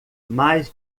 mais